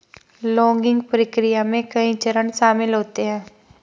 logging प्रक्रिया में कई चरण शामिल होते है